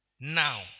now